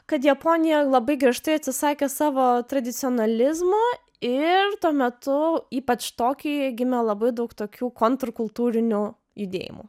kad japonija labai griežtai atsisakė savo tradicionalizmo ir tuo metu ypač tokijuje gimė labai daug tokių kontūrų kultūriniu judėjimu